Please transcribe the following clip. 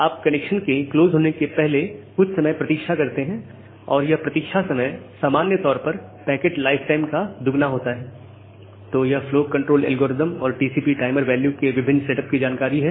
आप कनेक्शन के क्लोज होने के पहले कुछ समय प्रतीक्षा करते हैं और यह प्रतीक्षा समय सामान्य तौर पर पैकेट लाइफ टाइम का दुगना होता है तो यह फ्लो कंट्रोल एल्गोरिदम और टीसीपी टाइमर वैल्यू के विभिन्न सेटअप की जानकारी है